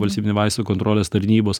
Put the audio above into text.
valstybinį vaistų kontrolės tarnybos